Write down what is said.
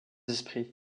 esprits